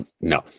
no